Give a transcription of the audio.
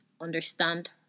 understand